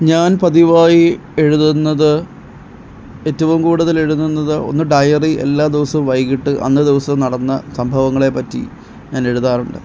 ഞാൻ പതിവായി എഴുതുന്നത് ഏറ്റവും കൂടുതൽ എഴുതുന്നത് ഒന്ന് ഡയറി എല്ലാ ദിവസവും വൈകിട്ട് അന്നേ ദിവസം നടന്ന സംഭവങ്ങളെപ്പറ്റി ഞാൻ എഴുതാറുണ്ട്